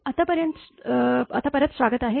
आता परत स्वागत आहे